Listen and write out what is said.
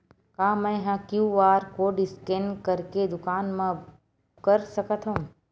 का मैं ह क्यू.आर कोड स्कैन करके दुकान मा कर सकथव?